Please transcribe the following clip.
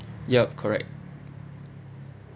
yup correct